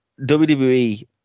WWE